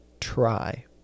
try